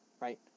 right